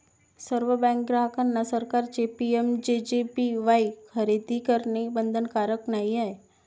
सर्व बँक ग्राहकांना सरकारचे पी.एम.जे.जे.बी.वाई खरेदी करणे बंधनकारक नाही आहे